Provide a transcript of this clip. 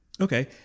Okay